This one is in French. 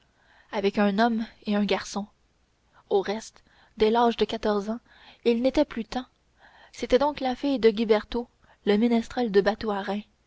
avec un homme et un garçon au reste dès l'âge de quatorze ans il n'était plus temps c'était donc la fille de guybertaut ménestrel de bateaux à reims